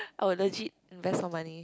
I'll legit invest my money